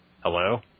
Hello